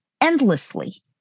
endlessly